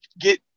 get